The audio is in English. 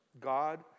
God